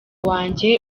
wanjye